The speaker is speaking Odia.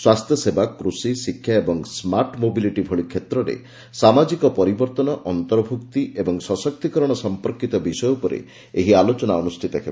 ସ୍ୱାସ୍ଥ୍ୟସେବା କୃଷି ଶିକ୍ଷା ଏବଂ ସ୍କାର୍ଟ ମୋବିଲିଟି ଭଳି କ୍ଷେତ୍ରରେ ସାମାଜିକ ପରିବର୍ତ୍ତନ ଅନ୍ତର୍ଭୁକ୍ତି ଏବଂ ସଶକ୍ତିକରଣ ସମ୍ପର୍କିତ ବିଷୟ ଉପରେ ଏହି ଆଲୋଚନା ଅନୁଷ୍ଠିତ ହେବ